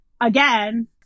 again